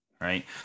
Right